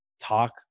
talk